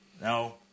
No